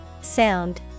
Sound